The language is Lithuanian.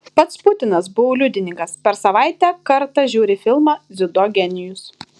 pats putinas buvau liudininkas per savaitę kartą žiūri filmą dziudo genijus